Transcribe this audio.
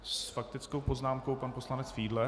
S faktickou poznámkou pan poslanec Fiedler.